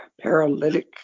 paralytic